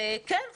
כן,